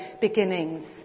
beginnings